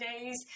days